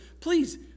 please